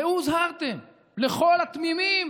ראו הוזהרתם, לכל התמימים